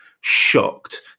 shocked